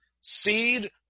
seed